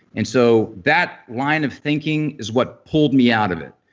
and so that line of thinking is what pulled me out of it.